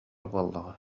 буоллаҕа